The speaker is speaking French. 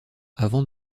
avant